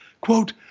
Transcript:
quote